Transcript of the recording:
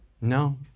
No